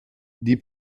die